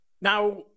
Now